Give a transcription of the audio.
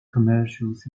commercials